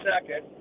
second